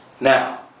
Now